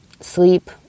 sleep